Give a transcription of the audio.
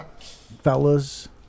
fellas